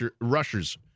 rushers